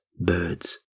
Birds